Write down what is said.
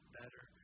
better